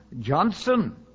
Johnson